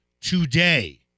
today